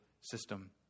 system